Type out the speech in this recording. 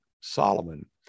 Solomon